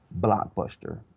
Blockbuster